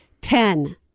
Ten